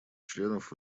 членов